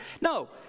No